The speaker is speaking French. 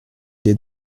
des